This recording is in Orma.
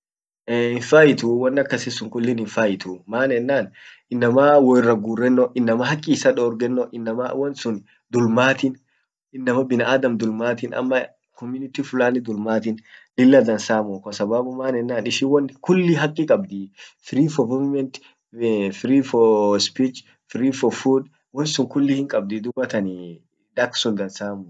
daktati atammi habari worrati habari tentetii anin arratanii maan yedenii simu sit dattin tun tarehe annin dandee woldagar ak bare hospitaliat wol dagare tarehe sun sigafenno fedaa dubattan yom wol dagarra anaf sit yom wol dagarre dufte matibabu ant midasitaa, guyaa guya sun ant himmii tarehe atin anaket sun diko dhede ant himmi ralle fulledi guya sun hubenno feda dub ufpange dufaa.